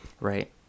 right